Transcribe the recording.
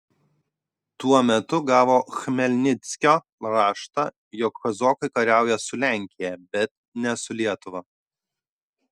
tuo metu gavo chmelnickio raštą jog kazokai kariauja su lenkija bet ne su lietuva